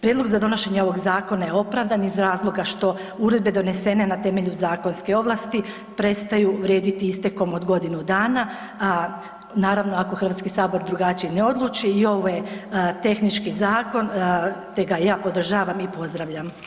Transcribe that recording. Prijedlog za donošenje ovog zakona je opravdan iz razloga što uredbe donesene na temelju zakonske ovlasti prestaju vrijediti istekom od godinu dana, a naravno ako HS drugačije ne odluči i ovaj tehnički zakon ja podržavam i pozdravljam.